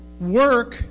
work